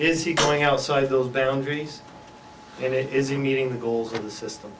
is he going outside of those boundaries if it is he meeting the goals of the system